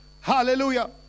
hallelujah